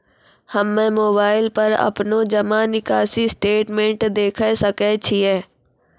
हम्मय मोबाइल पर अपनो जमा निकासी स्टेटमेंट देखय सकय छियै?